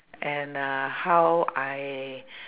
and uh how I